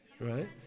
Right